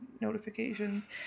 notifications